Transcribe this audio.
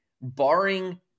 barring